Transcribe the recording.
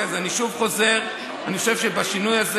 אני שוב חוזר: אני חושב שבשינוי הזה